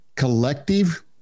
collective